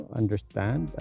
understand